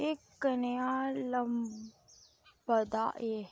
एह् कनेहा लंभदा ऐ